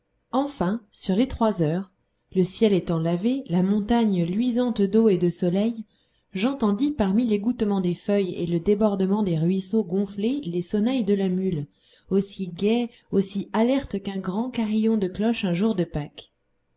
enfin sur les trois heures le ciel étant lavé la montagne luisante d'eau et de soleil j'entendis parmi l'égouttement des feuilles et le débordement des ruisseaux gonflés les sonnailles de la mule aussi gaies aussi alertes qu'un grand carillon de cloches un jour de pâques